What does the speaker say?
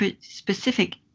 specific